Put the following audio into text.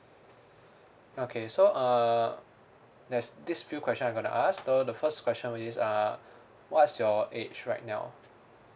okay so uh there's this few question I gonna ask so the first question is uh what's your age right now